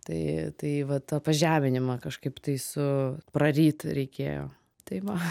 tai tai vat tą pažeminimą kažkaip tais u praryti reikėjo tai va